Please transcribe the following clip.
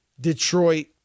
Detroit